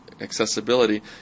accessibility